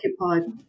occupied